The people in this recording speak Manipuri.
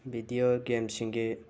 ꯕꯤꯗꯤꯑꯣ ꯒꯦꯝꯁꯤꯡꯒꯤ